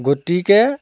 গতিকে